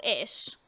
ish